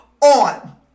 On